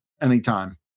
anytime